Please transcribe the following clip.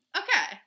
okay